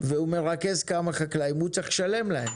והוא מרכז כמה חקלאים, הוא צריך לשלם להם?